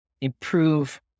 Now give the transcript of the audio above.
improve